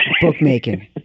bookmaking